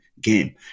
game